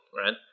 right